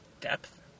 depth